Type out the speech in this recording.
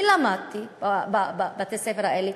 אני למדתי בבתי-הספר האלה.